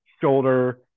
shoulder